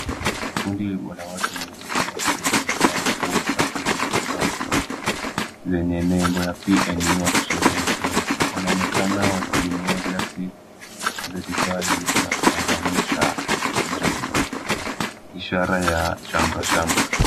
Kundi la watu wengi, wakiwa wamevaa nguo za blue na skafu, zenye nembo ya PNU, wakisherekea, wanaonekana wakiinua glasi la divai na kutangamsha juu, ishara ya shamrashamra.